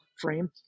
frame